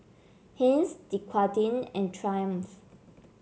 Heinz Dequadin and Triumph